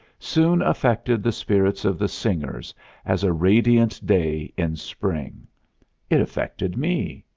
soon affected the spirits of the singers as a radiant day in spring it affected me.